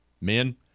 men